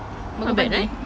not bad right